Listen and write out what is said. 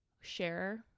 share